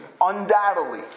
undoubtedly